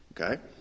okay